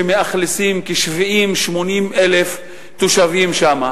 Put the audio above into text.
שמאכלסים 70,000 80,000 תושבים שם.